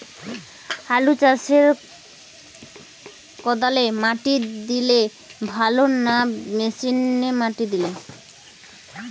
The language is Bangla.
আলু চাষে কদালে মাটি দিলে ভালো না মেশিনে মাটি দিলে?